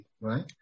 right